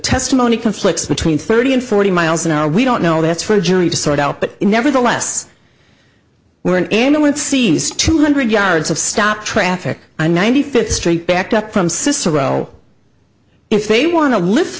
testimony conflicts between thirty and forty miles an hour we don't know that's for a jury to sort out but nevertheless we're n n o one sees two hundred yards of stop traffic and ninety fifth street backed up from cicero if they want to lift